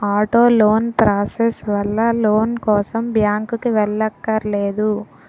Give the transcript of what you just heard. auto loan process వల్ల loan కోసం బ్యాంకుకి వెళ్ళక్కర్లేదు